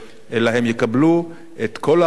אלא הם יקבלו את כל ההגנה,